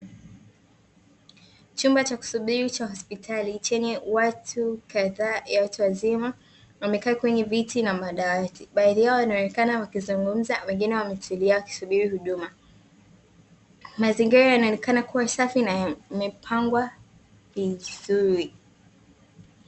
Chumba cha kusubiri cha hospitali chenye watu kadhaa ya watu wazima, wamekaa kwenye viti na madawati baadhi yao wanaonekana wakizungumza na wengine wametulia wakisubiri huduma. Mazingira yanaonekana kuwa safi na yamepangwa vizuri.